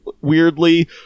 weirdly